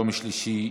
יום שלישי,